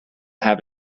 have